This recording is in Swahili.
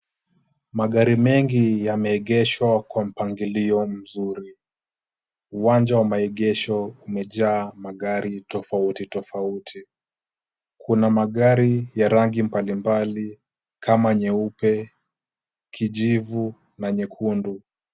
Magari mengi yameegeshwa kwa mpangilio mzuri. Uwanja wa maegesho umejaaa magari tofautitofauti. Kuna magari ya rangi mbalimbali kama nyeupe, kijivu na nyekundu.